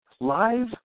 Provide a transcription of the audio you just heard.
live